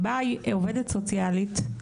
באה עובדת סוציאלית,